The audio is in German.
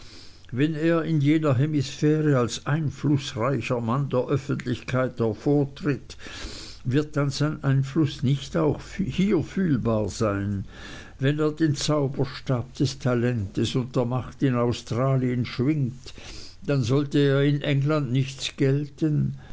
wenn er in jener hemisphäre als einflußreicher mann der öffentlichkeit hervortritt wird dann sein einfluß nicht auch hier fühlbar sein wenn er den zauberstab des talentes und der macht in australien schwingt dann sollte er in england nichts gelten